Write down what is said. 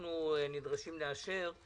שאנו נדרשים לאשר,